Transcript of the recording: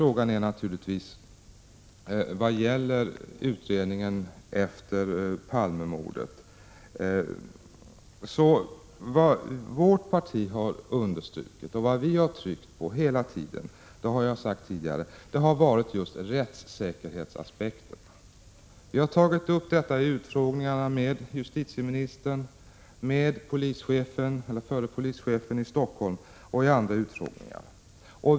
Men det viktiga när det gäller utredningen efter Palmemordet och vad vårt parti hela tiden understrukit — det har jag sagt tidigare — har varit just rättssäkerhetsaspekterna. Vi har tagit upp detta i utfrågningarna med justitieministern, med den förre polischefen i Stockholm osv.